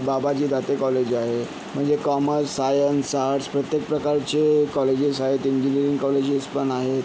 बाबजी Date college आहे म्हणजे commerce science arts प्रत्येक प्रकारचे कॉलेजेस आहेत इंजीनीरिंग कॉलेजेसपण आहेत